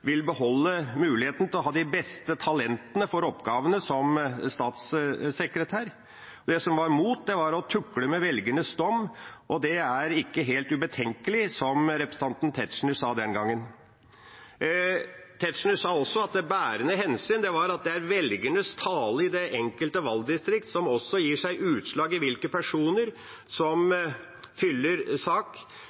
vil beholde muligheten til å ha de beste talentene til oppgavene som statssekretær. Argumentet mot gjaldt å tukle med velgernes dom, og det er ikke helt ubetenkelig, som representanten Tetzschner sa den gangen. Representanten Tetzschner sa også i debatten den gangen at det bærende hensynet var at det er velgernes tale i det enkelte valgdistrikt som gir seg utslag i hvilke personer som fyller